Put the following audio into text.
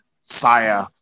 Saya